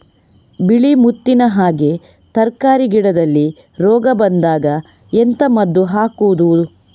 ಬಿಳಿ ಮುತ್ತಿನ ಹಾಗೆ ತರ್ಕಾರಿ ಗಿಡದಲ್ಲಿ ರೋಗ ಬಂದಾಗ ಎಂತ ಮದ್ದು ಹಾಕುವುದು?